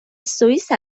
سوئیس